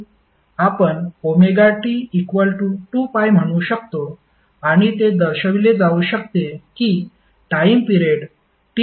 आपण ωT2π म्हणू शकतो आणि ते दर्शविले जाऊ शकते की टाइम पिरियड T2πω